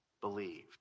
believed